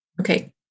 Okay